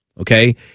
Okay